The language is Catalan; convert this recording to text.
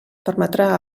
permetrà